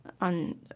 on